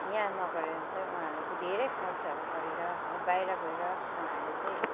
यहाँ नगरेर चाहिँ उहाँहरूले धेरै खर्चहरू गरेर है वाहिर गएर उहाँहरूले चाहिँ